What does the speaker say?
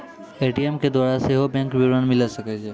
ATM के द्वारा सेहो बैंक विबरण मिले सकै छै